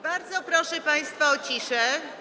Bardzo proszę państwa o ciszę.